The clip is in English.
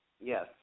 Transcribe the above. Yes